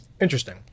interesting